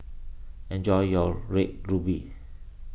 enjoy your Red Ruby